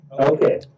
Okay